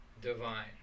divine